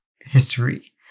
history